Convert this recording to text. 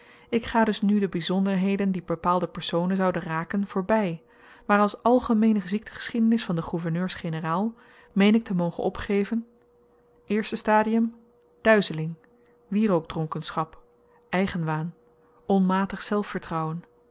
ik ga dus nu de byzonderheden die bepaalde personen zouden raken voorby maar als algemeene ziektegeschiedenis van de gouverneurs generaal meen ik te mogen opgeven eerste stadium duizeling wierook dronkenschap eigenwaan onmatig zelfvertrouwen